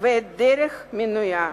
ואת דרך מינויה.